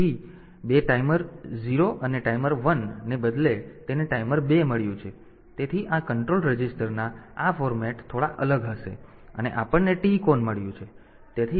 તેથી 2 ટાઈમર 0 અને ટાઈમર 1 ને બદલે તેને ટાઈમર 2 પણ મળ્યું છે અને આ કંટ્રોલ રજીસ્ટરના આ ફોર્મેટ થોડા અલગ હશે અને આપણને TCON મળ્યું છે